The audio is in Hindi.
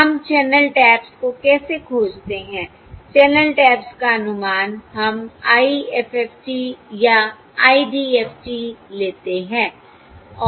हम चैनल टैप्स को कैसे खोजते हैं चैनल टैप्स का अनुमान हम IFFT या IDFT लेते हैं